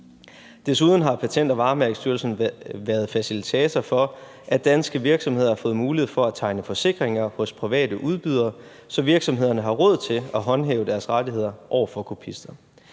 Desuden har Patent- og Varemærkestyrelsen været facilitator for, at danske virksomheder har fået mulighed for at tegne forsikringer hos private udbydere, så virksomhederne har råd til at håndhæve deres rettigheder over for kopister.